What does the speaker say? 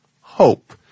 HOPE